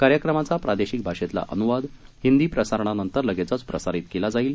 कार्यक्रमाचा प्रादेशिक भाषेतला अनुवाद हिंदी प्रसारणानंतर लगेचच प्रसारित केला जाईल